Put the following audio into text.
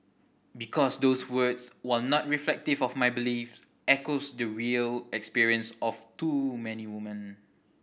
because those words while not reflective of my beliefs echos the real experience of too many woman